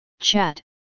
chat